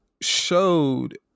showed